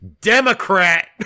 Democrat